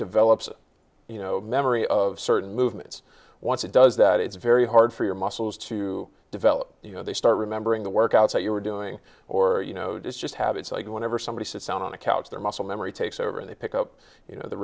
develops you know memory of certain movements once it does that it's very hard for your muscles to develop you know they start remembering the workouts how you were doing or you know does just have it's like whenever somebody sits down on a couch their muscle memory takes over and they pick up you know the